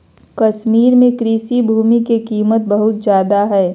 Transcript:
कश्मीर में कृषि भूमि के कीमत बहुत ज्यादा हइ